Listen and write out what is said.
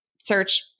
search